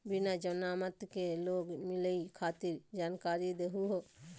बिना जमानत लोन मिलई खातिर जानकारी दहु हो?